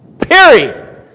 Period